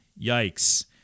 Yikes